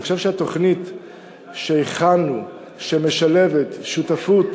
אני חושב שהתוכנית שהכנו, שמשלבת שותפות